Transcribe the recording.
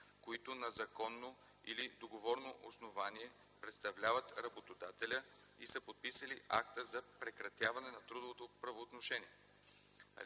които на законно или договорно основание представляват работодателя и са подписали акта за прекратяване на трудовото правоотношение.